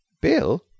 Bill